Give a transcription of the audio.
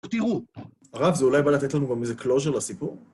תראו! הרב, זה אולי בא לתת לנו גם איזה קלוז׳ר לסיפור?